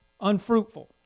unfruitful